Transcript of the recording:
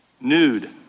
nude